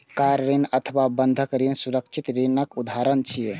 car ऋण अथवा बंधक ऋण सुरक्षित ऋणक उदाहरण छियै